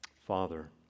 Father